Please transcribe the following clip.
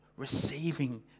receiving